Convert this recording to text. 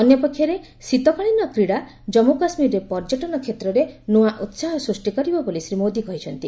ଅନ୍ୟପକ୍ଷରେ ଶୀତକାଳୀନ କ୍ରିଡ଼ା କ୍ରାମ୍ମୁ କାଶ୍ମୀରରେ ପର୍ଯ୍ୟଟନ କ୍ଷେତ୍ରରେ ନୂଆ ଉସାହ ସୃଷ୍ଟି କରିବ ବୋଲି ଶ୍ରୀ ମୋଦି କହିଛନ୍ତି